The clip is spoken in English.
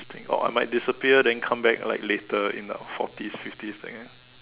between or I might disappear and then come back later like in the forties fifties that kind